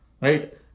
Right